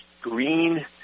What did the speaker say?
green